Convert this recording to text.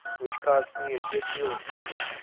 which cost me a good deal of labour,